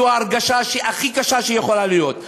זו ההרגשה הכי קשה שיכולה להיות.